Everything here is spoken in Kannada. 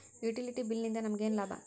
ಯುಟಿಲಿಟಿ ಬಿಲ್ ನಿಂದ್ ನಮಗೇನ ಲಾಭಾ?